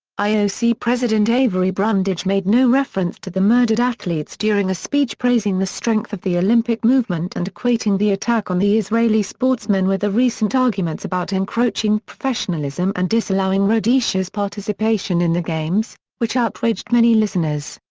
ioc president avery brundage made no reference to the murdered athletes during a speech praising the strength of the olympic movement and equating the attack on the israeli sportsmen with the recent arguments about encroaching professionalism and disallowing rhodesia's participation in the games, which outraged many listeners.